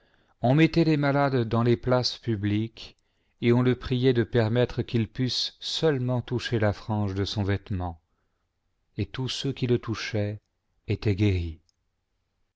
on mettait les malades dans les places publiques et on le priait de pennettre qu'ils pussent seulement toucher la frange de son vêtement et tous ceux qui le touchaient étaient guéris